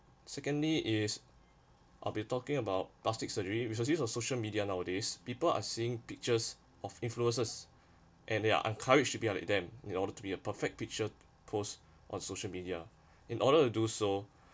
secondly is I'll be talking about plastic surgery which which was used on social media nowadays people are seeing pictures of influencers and they are encouraged to be like them in order to be a perfect picture post on social media in order to do so